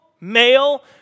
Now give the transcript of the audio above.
male